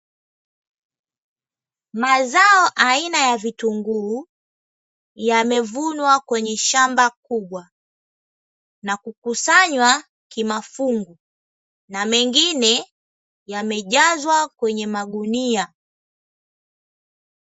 Mazao aina ya vitunguu yamevunwa kwenye shamba kubwa na kukusanywa kimafungu, na mengine yamejazwa kwenye magunia.